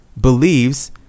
believes